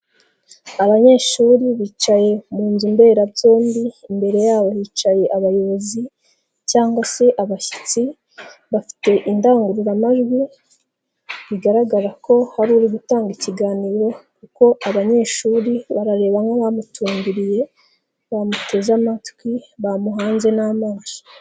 Abanyeshuri bicaye mu nzu mberabyombi, imbere yabo hicaye abayobozi cyangwa se abashyitsi, bafite indangururamajwi bigaragara ko hari uri gutanga ikiganiro kuko abanyeshuri barareba nk'abamutumbiriye bamuteze amatwi bamuhanze n'amaso.